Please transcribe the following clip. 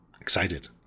excited